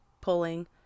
pulling